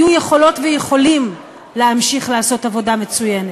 היו יכולות ויכולים להמשיך לעשות עבודה מצוינת,